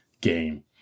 game